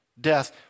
death